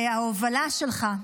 וההובלה שלך,